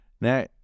Now